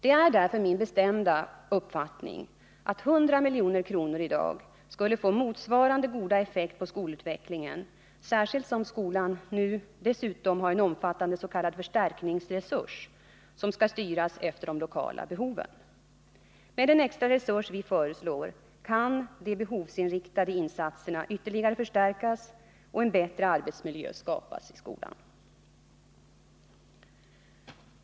Det är därför min bestämda uppfattning att 100 milj.kr. i dag skulle få motsvarande goda effekt på skolutvecklingen, särskilt som skolan nu dessutom har en omfattande s.k. förstärkningsresurs, som skall styras efter de lokala behoven. Med den extra resurs som vi föreslår kan de behovsinriktade insatserna ytterligare förstärkas och en bättre arbetsmiljö skapas i skolan.